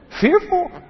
fearful